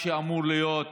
מה שאמור להיות,